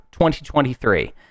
2023